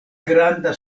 granda